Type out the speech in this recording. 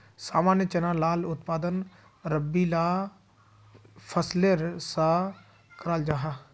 सामान्य चना लार उत्पादन रबी ला फसलेर सा कराल जाहा